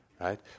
right